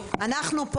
גמורה.